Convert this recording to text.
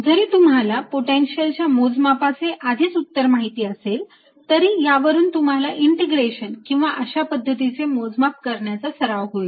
जरी तुम्हाला पोटेन्शियल च्या मोजमापाचे आधीच उत्तर माहिती असेल तरी यावरून तुम्हाला इंटिग्रेशन किंवा अशा पद्धतीचे मोजमाप करण्याचा सराव होईल